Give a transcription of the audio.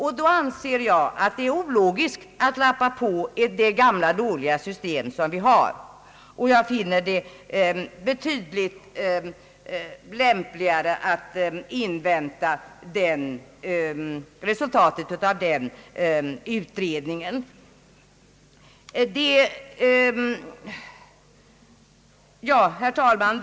Jag anser alltså att det är ologiskt att lappa på det gamla dåliga system vi har och finner det betydligt lämpligare att invänta resultatet av den pågående utredningen. Herr talman!